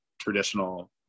traditional